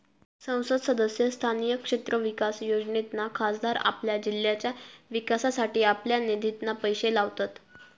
संसद सदस्य स्थानीय क्षेत्र विकास योजनेतना खासदार आपल्या जिल्ह्याच्या विकासासाठी आपल्या निधितना पैशे लावतत